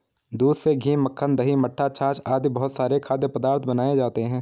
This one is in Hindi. दूध से घी, मक्खन, दही, मट्ठा, छाछ आदि बहुत सारे खाद्य पदार्थ बनाए जाते हैं